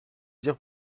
dire